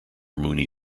mooney